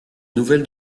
nouvelles